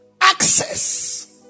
access